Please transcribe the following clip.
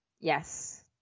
Yes